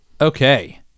Okay